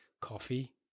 coffee